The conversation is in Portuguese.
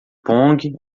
pongue